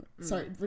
Sorry